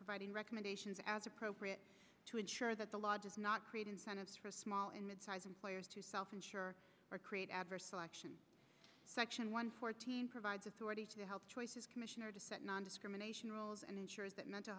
providing recommendations as appropriate to insure that the lodge is not create incentives for small and midsize employers to self insure or create adverse selection section one fourteen provides authority health choices commissioner to set nondiscrimination roles and ensures that mental